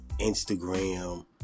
Instagram